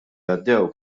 għaddew